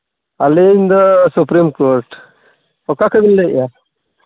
ᱟᱹᱞᱤᱧ ᱫᱚ Supreme Court ᱚᱠᱟ ᱠᱷᱚᱡ ᱵᱤᱱ ᱞᱟᱹᱭᱮᱜᱼᱟ